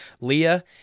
Leah